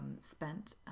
spent